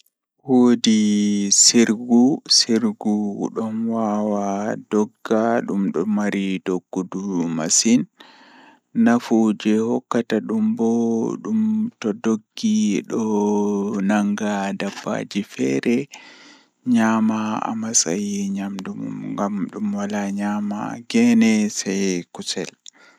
Ekitaago ɗemle ɗuɗɗum belɗum nden welnde masin Ko sabu ngal, warti ɓe heɓata moƴƴi e laawol e soodun nder ɗam, hokkataa e fowru e tawti laawol, jeyaaɓe e waɗtude caɗeele. Ko tawa warti ɓe heɓata moƴƴi e maɓɓe e laawol ngal tawa kuutorde kafooje ɓe, yaafa ɓe njogi saɗde e heɓuɓe. Warti wondi kaɓɓe njahi loowaaji ngam jooɗuɓe ɗe waawataa e waɗtuɗe ko wi'a e waɗtude.